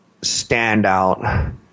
standout